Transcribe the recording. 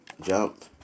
jump